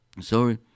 sorry